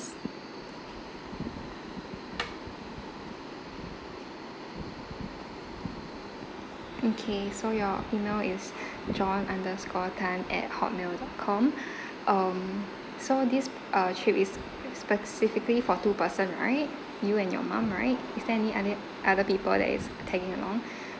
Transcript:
okay so your email is john underscore tan at hotmail dot com um so this uh trip is specifically for two person right you and your mum right is there any other other people that is tagging along